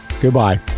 Goodbye